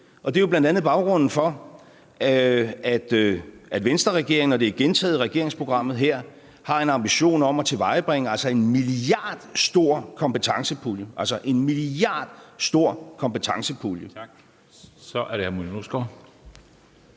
Og det er bl.a. baggrunden for, at Venstreregeringen, og det er gentaget i regeringsprogrammet her, har en ambition om at tilvejebringe en milliardstor kompetencepulje